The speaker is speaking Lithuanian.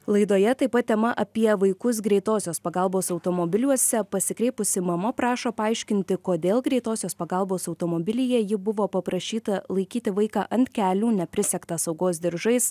laidoje taip pat tema apie vaikus greitosios pagalbos automobiliuose pasikreipusi mama prašo paaiškinti kodėl greitosios pagalbos automobilyje ji buvo paprašyta laikyti vaiką ant kelių neprisegtą saugos diržais